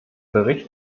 bericht